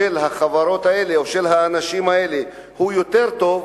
של החברות האלה או של האנשים האלה, הוא יותר טוב,